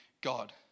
God